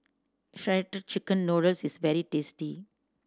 Shredded Chicken Noodles is very tasty